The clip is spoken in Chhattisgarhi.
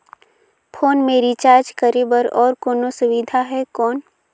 फोन मे रिचार्ज करे बर और कोनो सुविधा है कौन?